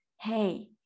hey